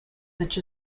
such